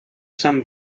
some